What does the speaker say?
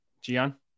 Gian